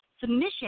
Submission